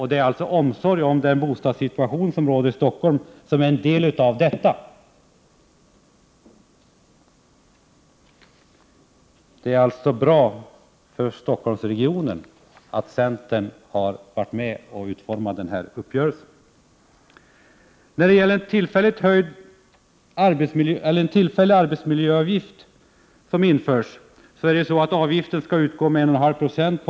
Det är alltså omsorg om människorna med tanke på den bostadssituation som råder i Stockholm som utgör bakgrund till den delen av uppgörelsen. Det är bra för Stockholmsregionen att centern har varit med och utformat denna uppgörelse.